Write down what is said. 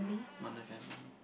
one nine five per day